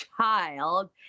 child